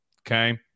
okay